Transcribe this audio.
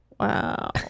wow